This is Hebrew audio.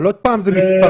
אבל עוד פעם זה מספרים,